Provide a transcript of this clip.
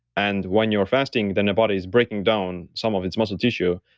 and when you're fasting, then the body is breaking down some of its muscle tissue.